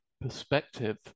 perspective